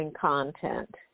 content